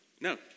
No